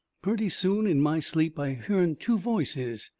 purty soon, in my sleep, i hearn two voices.